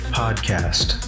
podcast